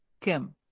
Kim